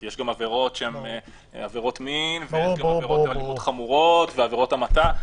כי יש גם עבירות שהן עבירות מין ועבירות אלימות חמורות ועברות המתה.